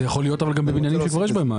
זה יכול להיות גם בבניינים שכבר יש בהם מעלית.